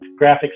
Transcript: graphics